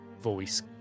voice